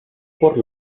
por